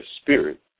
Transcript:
spirit